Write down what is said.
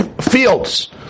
fields